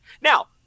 Now